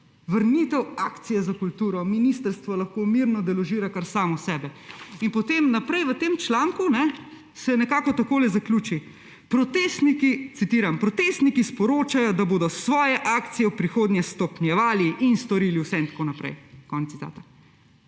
»Vrnitev akcije za kulturo. Ministrstvo lahko mirno deložira kar samo sebe.« In potem se v tem članku nekako takole zaključi, citiram: »Protestniki sporočajo, da bodo svoje akcije v prihodnje stopnjevali in storili vse,« in tako naprej, konec citata.